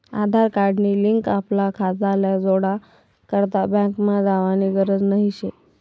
आधार card नी link आपला खाताले जोडा करता बँकमा जावानी गरज नही शे